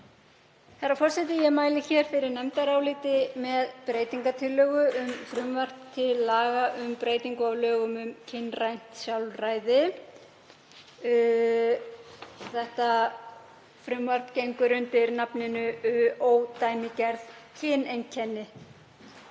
Herra forseti. Ég mæli fyrir nefndaráliti með breytingartillögu um frumvarp til laga um breytingu á lögum um kynrænt sjálfræði. Þetta frumvarp gengur undir nafninu ódæmigerð kyneinkenni.